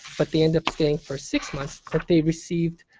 but they end up staying for six months, that they received